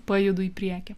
pajudu į priekį